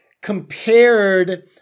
compared